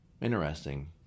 Interesting